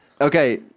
Okay